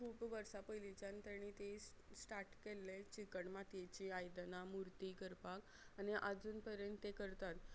खूब वर्सां पयलींच्यान ताणी ती स्टार्ट केल्लें चिकण मातयेचीं आयदनां मुर्ती करपाक आनी आजून पर्यंत ते करतात